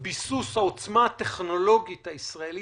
ביסוס העוצמה הטכנולוגית הישראלית,